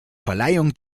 verleihung